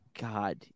God